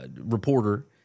reporter